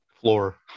Floor